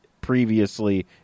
previously